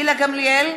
גילה גמליאל,